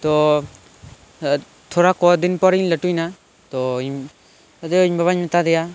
ᱛᱚ ᱛᱷᱚᱲᱟ ᱠᱚ ᱫᱤᱱ ᱯᱚᱨᱮᱜᱮᱧ ᱞᱟᱹᱴᱩᱭᱮᱱᱟ ᱛᱚ ᱟᱫᱚ ᱤᱧ ᱵᱟᱵᱟᱧ ᱢᱮᱛᱟᱫᱮᱭᱟ